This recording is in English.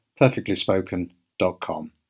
perfectlyspoken.com